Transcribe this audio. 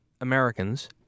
Americans